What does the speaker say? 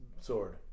sword